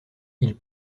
ils